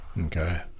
Okay